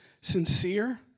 sincere